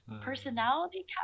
personality